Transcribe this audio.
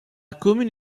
commune